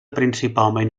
principalment